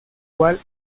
cual